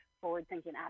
forward-thinking